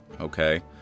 okay